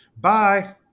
bye